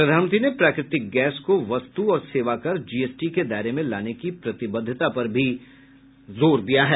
प्रधानमंत्री ने प्राकृतिक गैस को वस्तु और सेवाकरजीएसटी के दायरे में लाने की प्रतिबद्धता भी जतायी है